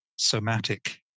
somatic